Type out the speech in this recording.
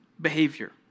behavior